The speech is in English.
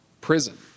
prison